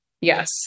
Yes